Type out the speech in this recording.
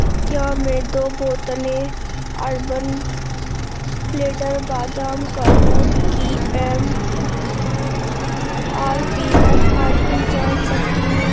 کیا میں دو بوتلیں اربن پلیٹر بادام کا دودھ کی M R P M R P جان سکتی ہوں